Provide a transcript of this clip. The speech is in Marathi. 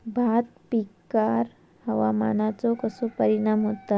भात पिकांर हवामानाचो कसो परिणाम होता?